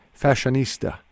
fashionista